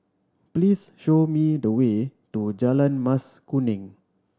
please show me the way to Jalan Mas Kuning